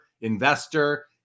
investor